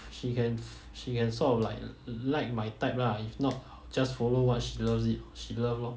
she can she can sort of like like my type lah if not just follow what she loves it she love lor